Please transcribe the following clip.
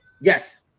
Yes